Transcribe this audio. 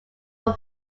were